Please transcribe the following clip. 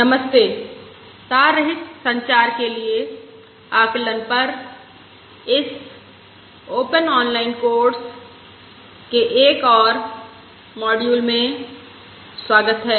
नमस्ते तार रहित संचार के लिए आकलन पर इस ओपन ऑनलाइन कोर्स के एक और मॉड्यूल मे स्वागत है